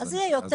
אז זה יהיה יותר